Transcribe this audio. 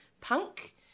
punk